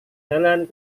jalan